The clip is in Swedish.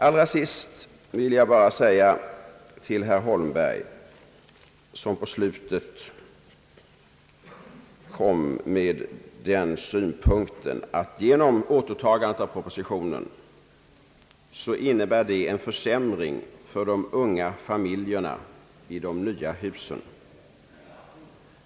Herr Holmberg kom i slutet av sitt anförande med den synpunkten att ett återtagande av propositionen innebär en försämring för de unga familjerna i de nya husen.